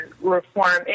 reform